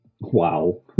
Wow